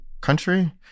country